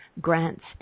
grants